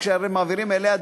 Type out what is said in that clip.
כשמעבירים אליה,